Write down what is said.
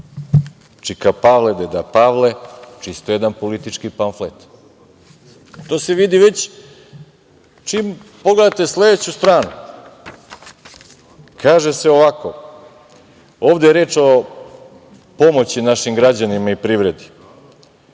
čika Pavle, deda Pavle, čisto jedan politički pamflet. To se vidi već čim pogledate sledeću stranu. Kaže ovako – ovde je reč o pomoći našim građanima i privredi.